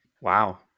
wow